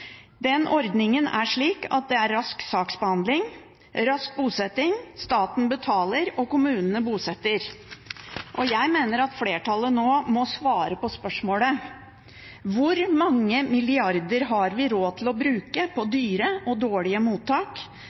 Den ordningen er slik at det er rask saksbehandling, rask bosetting, staten betaler, og kommunene bosetter. Jeg mener at flertallet nå må svare på spørsmålet: Hvor mange milliarder har vi råd til å bruke på dyre og dårlige mottak,